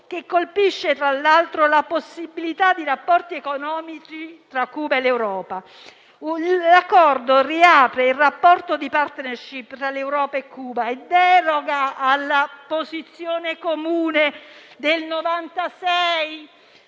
che colpisce, tra l'altro, la possibilità di rapporti economici tra Cuba e l'Europa. L'Accordo riapre il rapporto di *partnership* tra l'Europa e Cuba e deroga alla posizione comune del 1996,